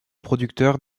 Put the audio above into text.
producteur